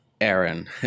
Aaron